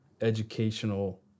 educational